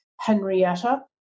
Henrietta